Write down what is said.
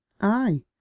Aye